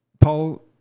Paul